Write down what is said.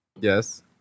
yes